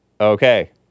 Okay